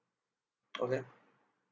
okay